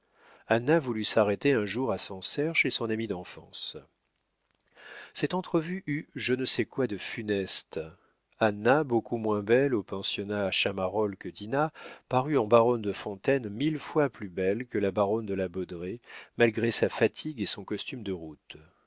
anna voulut s'arrêter un jour à sancerre chez son amie d'enfance cette entrevue eut je ne sais quoi de funeste anna beaucoup moins belle au pensionnat chamarolles que dinah parut en baronne de fontaine mille fois plus belle que la baronne de la baudraye malgré sa fatigue et son costume de route